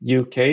UK